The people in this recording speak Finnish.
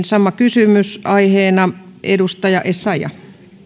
sama kysymys aiheena edustaja essayah